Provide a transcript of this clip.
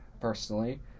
personally